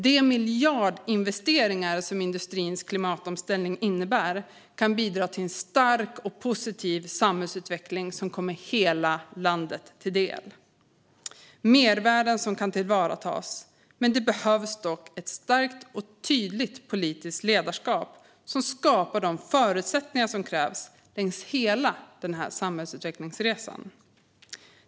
De miljardinvesteringar som industrins klimatomställning innebär kan bidra till en stark och positiv samhällsutveckling som kommer hela landet till del - mervärden som kan tillvaratas. Det behövs dock ett starkt och tydligt politiskt ledarskap som skapar de förutsättningar som krävs längs hela denna samhällsutvecklingsresa.